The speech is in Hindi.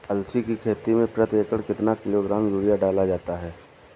अलसी की खेती में प्रति एकड़ कितना किलोग्राम यूरिया डाला जाता है?